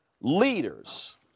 leaders